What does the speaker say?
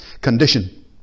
condition